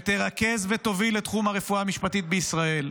שתרכז ותוביל את תחום הרפואה המשפטית בישראל,